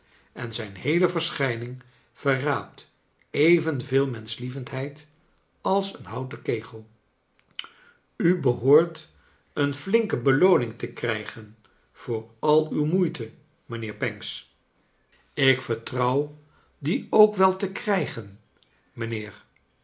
en zijn heele verschijning verraadt evenveel menschlievendheid als een houten kegel u beho ort een f linke belooning te krijgen voor al uw moeite mijnheer pancks kleine dorrit ik vertrouw die oak wel te krijgen mijnheer